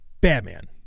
Batman